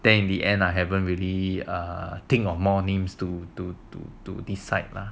then in the end I haven't really err think of more names to to to to decide lah